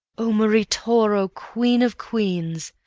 oh marie toro, queen of queens,